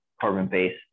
carbon-based